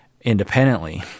independently